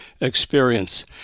experience